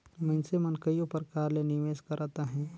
मइनसे मन कइयो परकार ले निवेस करत अहें